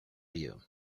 you